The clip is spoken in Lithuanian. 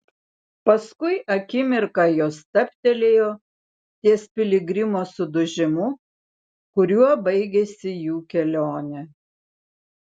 paskui akimirką jos stabtelėjo ties piligrimo sudužimu kuriuo baigėsi jų kelionė